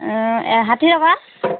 এই ষাঠি টকা